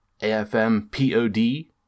AFMPOD